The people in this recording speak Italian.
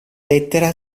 lettera